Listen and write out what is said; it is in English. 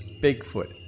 Bigfoot